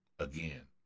Again